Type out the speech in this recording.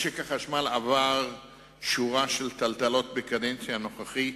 משק החשמל עבר שורה של טלטלות בקדנציה הנוכחית,